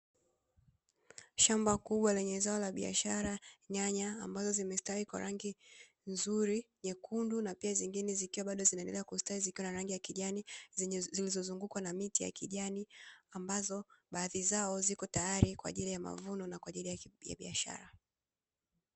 Shamba kubwa lenye zao la biashara nyanya ambazo zimestawi kwa rangi nzuri nyekundu, na pia zingine zikiwa bado zinaendelea kustawi zikiwa na rangi ya kijani zilizozungukwa na miti ya kijani; ambazo baadhi zao ziko tayari kwa ajili ya mavuno na kwa ajili ya biashara.